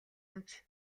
өмч